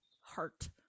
heart